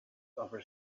over